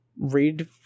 read